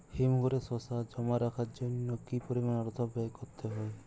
হিমঘরে শসা জমা রাখার জন্য কি পরিমাণ অর্থ ব্যয় করতে হয়?